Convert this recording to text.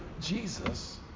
Jesus